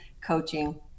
coaching